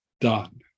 done